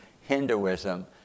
Hinduism